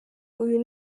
uyu